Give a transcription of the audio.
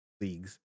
leagues